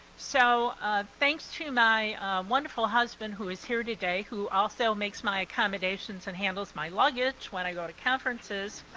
so thanks to my wonderful husband who is here today who also makes my accommodations and handles my luggage when i go to conferences.